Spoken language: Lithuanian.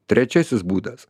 trečiasis būdas